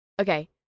okay